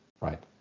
right